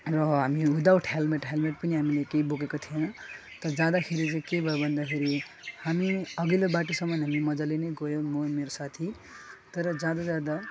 र हामी without helmet helmet पनि हामीले केही बोकेको थिएन तर जाँदाखेरि चाहिँ के भयो भन्दाखेरि हामी अघिल्लो बाटोसम्म हामी मजाले गयो म मेरो साथी तर जाँदा जाँदा